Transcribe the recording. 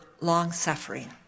long-suffering